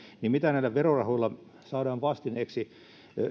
niin mitä näille verorahoille saadaan vastineeksi